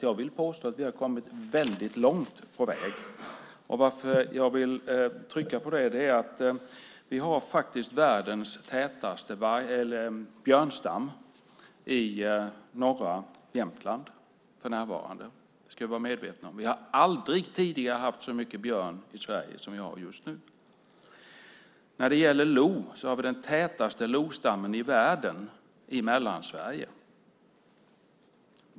Jag vill påstå att vi har kommit väldigt långt på väg. Jag vill trycka på det eftersom vi för närvarande har världens tätaste björnstam i norra Jämtland. Det ska vi vara medvetna om. Vi har aldrig tidigare haft så mycket björn i Sverige som vi har nu. När det gäller lo har vi den tätaste lostammen i världen i Mellansverige.